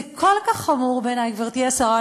זה כל כך חמור בעיני, גברתי השרה.